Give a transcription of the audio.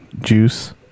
Juice